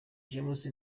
james